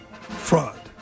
Fraud